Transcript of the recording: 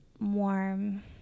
warm